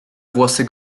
włosy